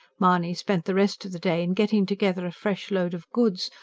mahony spent the rest of the day in getting together a fresh load of goods.